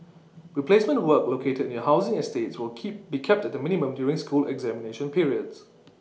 replacement work located near housing estates will be kept at the minimum during school examination periods